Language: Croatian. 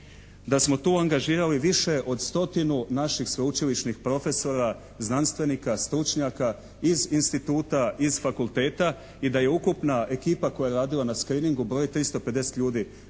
da smo tu angažirali više od stotinu naših sveučilišnih profesora znanstvenika, stručnjaka iz instituta, iz fakulteta i da je ukupna ekipa koja je radila na screeningu broji 350 ljudi,